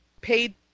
paid